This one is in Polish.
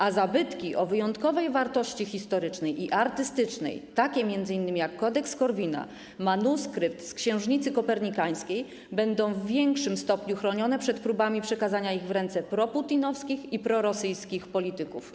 A zabytki o wyjątkowej wartości historycznej i artystycznej, takie m.in. jak Kodeks Korwina - manuskrypt z Książnicy Kopernikańskiej, będą w większym stopniu chronione przed próbami przekazania ich w ręce proputinowskich i prorosyjskich polityków.